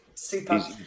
super